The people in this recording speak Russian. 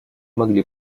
могли